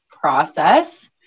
process